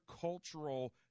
cultural